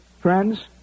friends